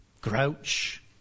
grouch